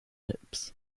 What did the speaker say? lips